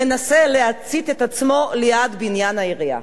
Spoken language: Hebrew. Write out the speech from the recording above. מנסה להצית את עצמו ליד בניין העירייה,